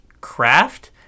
craft